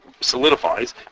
solidifies